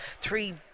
three